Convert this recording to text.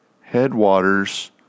headwaters